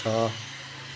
छ